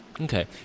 Okay